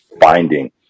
finding